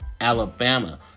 Alabama